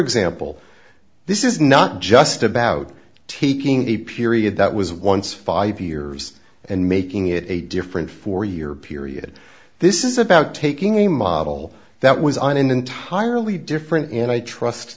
example this is not just about taking the period that was once five years and making it a different four year period this is about taking a model that was an entirely different and i trust